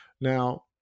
Now